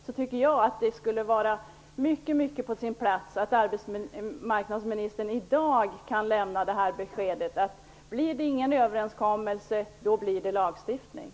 Jag tycker att det skulle vara på sin plats att arbetsmarknadsministern i dag lämnar beskedet att det blir lagstiftning om det inte blir någon överenskommelse.